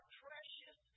precious